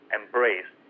embrace